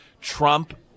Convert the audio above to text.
Trump